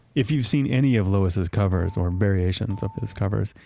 if you've seen any of lois's covers or variations of his covers,